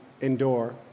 endure